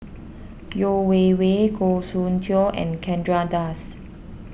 Yeo Wei Wei Goh Soon Tioe and Chandra Das